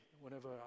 whenever